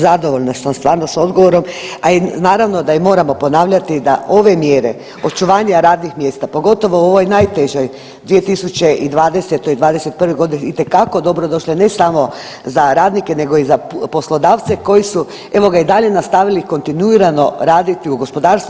Zadovoljna sam stvarno s odgovorom, a i naravno da i moramo ponavljati da ove mjere očuvanja radnih mjesta pogotovo u ovoj najtežoj 2020. i 21. godini itekako je dobro došlo ne samo za radnike, nego i za poslodavce koji su evo ga i dalje nastavili kontinuirano raditi u gospodarstvu.